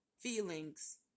feelings